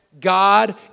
God